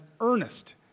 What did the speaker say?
earnest